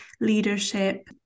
leadership